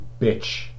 Bitch